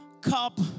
cup